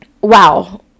wow